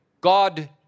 God